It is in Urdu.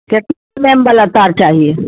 کتنا ایم والا تار چاہی